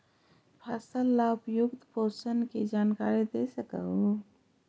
फसल ला उपयुक्त पोषण के जानकारी दे सक हु?